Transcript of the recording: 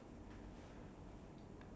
two thirty ten more minutes !wah!